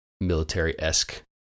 military-esque